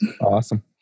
Awesome